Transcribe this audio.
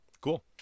cool